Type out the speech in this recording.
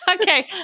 Okay